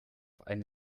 eine